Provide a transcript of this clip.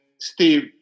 Steve